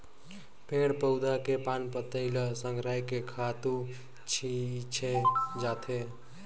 पेड़ पउधा के पान पतई ल संघरायके खातू छिछे जाथे